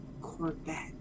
Corvette